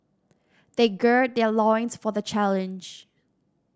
they gird their loins for the challenge